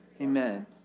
Amen